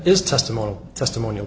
is testimony testimonial